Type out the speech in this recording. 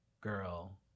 girl